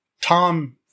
Tom